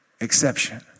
exception